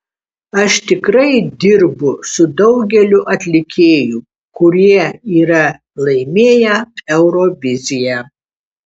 aš tikrai dirbu su daugeliu atlikėjų kurie yra laimėję euroviziją